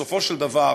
בסופו של דבר,